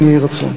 כן יהי רצון.